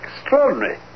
Extraordinary